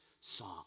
song